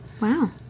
Wow